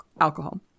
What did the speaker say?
alcohol